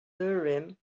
urim